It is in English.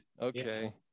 Okay